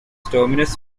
terminus